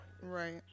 right